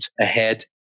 ahead